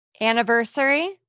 Anniversary